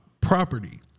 property